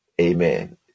Amen